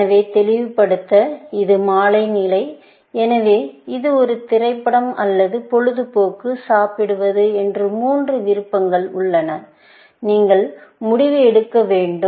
எனவே தெளிவுபடுத்த இது மாலை நிலை எனவே இது ஒரு திரைப்படம் அல்லது பொழுதுபோக்கு சாப்பிடுவது என்று மூன்று விருப்பங்கள் உள்ளன நீங்கள் முடிவு எடுக்க வேண்டும்